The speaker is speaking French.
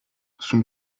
son